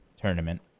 tournament